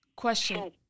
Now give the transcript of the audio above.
Question